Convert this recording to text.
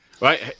Right